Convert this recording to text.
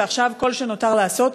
ועכשיו כל מה שנותר לעשות,